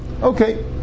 Okay